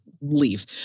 leave